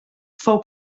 fou